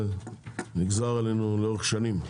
זה נגזר עלינו לאורך שנים,